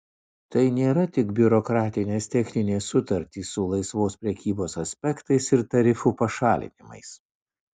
tai nėra tik biurokratinės techninės sutartys su laisvos prekybos aspektais ir tarifų pašalinimais